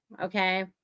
Okay